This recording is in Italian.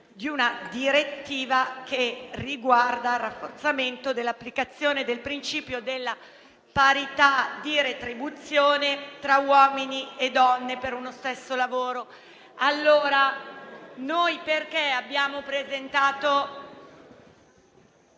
di una direttiva che riguarda il rafforzamento dell'applicazione del principio della parità di retribuzione tra uomini e donne per uno stesso lavoro. Abbiamo presentato